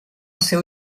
seu